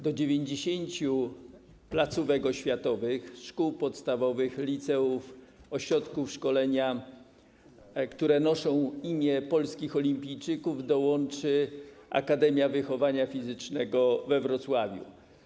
Do 90 placówek oświatowych: szkół podstawowych, liceów, ośrodków szkolenia, które noszą imię polskich olimpijczyków, dołączy Akademia Wychowania Fizycznego we Wrocławiu.